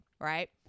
Right